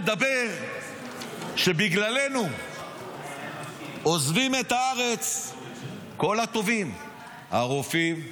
אומר שבגללנו עוזבים את הארץ כל הטובים הרופאים,